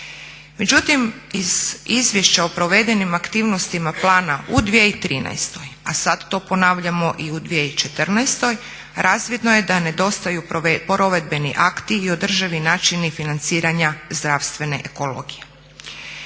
Međutim iz izvješća o provedenim aktivnostima plana u 2013., a sada to ponavljamo i u 2014.razvidno je da nedostaju provedbeni akti i održivi načini financiranja zdravstvene ekologije.